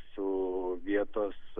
su vietos